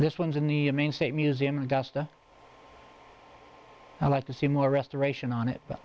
this one's in the main state museum augusta i like to see more restoration on it but